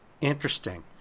Interesting